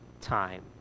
time